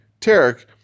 Tarek